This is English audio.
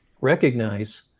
recognize